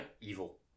Evil